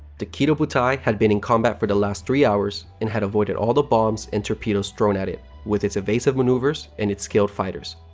the kido butai had been in combat for the last three hours and had avoided all the bombs and torpedoes thrown at it, with its evasive maneuvers and its skilled fighters.